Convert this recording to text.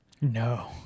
No